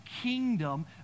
kingdom